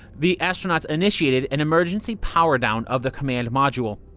the astronauts initiated an emergency power-down of the command module.